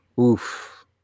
Oof